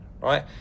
right